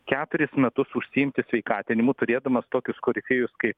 keturis metus užsiimti sveikatinimu turėdamas tokius korifėjus kaip